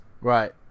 Right